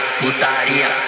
putaria